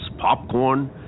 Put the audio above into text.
popcorn